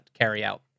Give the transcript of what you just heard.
carryout